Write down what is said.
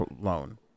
loan